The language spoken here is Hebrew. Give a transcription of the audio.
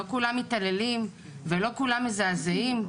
לא כולם מתעללים ולא כולם מזעזעים,